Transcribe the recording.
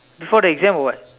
before the exam or what